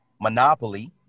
Monopoly